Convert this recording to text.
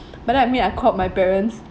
but then I mean I called my parents